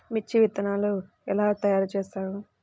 మిర్చి విత్తనాలు ఎలా తయారు చేస్తారు?